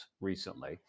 recently